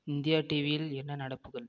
India டிவியில் என்ன நடப்புகள்